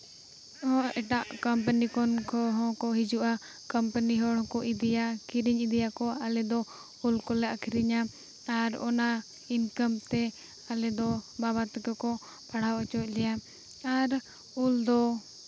ᱮᱴᱟᱜ ᱠᱚᱢᱯᱟᱱᱤ ᱠᱷᱚᱱ ᱠᱚ ᱦᱚᱸ ᱠᱚ ᱦᱤᱡᱩᱜᱼᱟ ᱠᱚᱢᱯᱟᱱᱤ ᱦᱚᱲ ᱦᱚᱸᱠᱚ ᱤᱫᱤᱭᱟ ᱠᱤᱨᱤᱧ ᱤᱫᱤᱭᱟᱠᱚ ᱟᱞᱮ ᱫᱚ ᱩᱞ ᱠᱚᱞᱮ ᱟᱹᱠᱷᱨᱤᱧᱟ ᱟᱨ ᱚᱱᱟ ᱤᱱᱠᱟᱢᱛᱮ ᱟᱞᱮ ᱫᱚ ᱵᱟᱵᱟ ᱛᱮᱠᱚ ᱠᱚ ᱯᱟᱲᱦᱟᱣ ᱦᱚᱪᱚᱭᱮᱫ ᱞᱮᱭᱟ ᱟᱨ ᱩᱞ ᱫᱚ